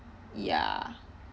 ya